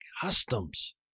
customs